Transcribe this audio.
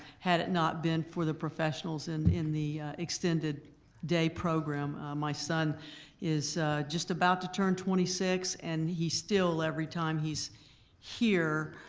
had it not been for the professionals in in the extended day program. my son is just about to turn twenty six and he still, every time he's here,